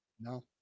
No